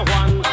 one